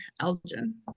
Elgin